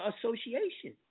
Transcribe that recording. Association